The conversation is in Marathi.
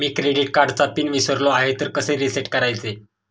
मी क्रेडिट कार्डचा पिन विसरलो आहे तर कसे रीसेट करायचे?